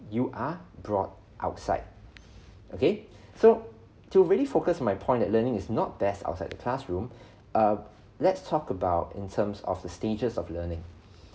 you are brought outside okay so to really focus my point that learning is not best outside the classroom err let's talk about in terms of the stages of learning